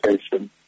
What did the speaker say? station